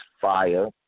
fire